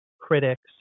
critics